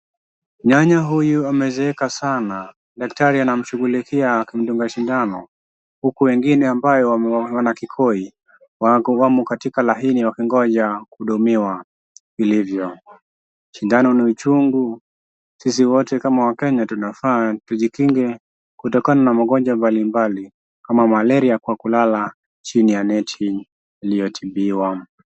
Nyanya huyu amezeeka sana, daktari anamshughulikia akimdunga sindano, huku wengine ambao wana kikoi wako, wamo katika laini wakingoja kuhudumiwa vilivyo, sindano ni uchungu. Sisi wote kama wakenya tunafaa tujikinge kutokana na magonjwa mbali mbali kama malaria kwa kulala chini ya neti iliyotibiwa.